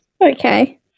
Okay